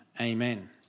Amen